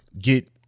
get